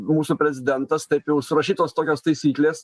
mūsų prezidentas taip jau surašytos tokios taisyklės